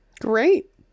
Great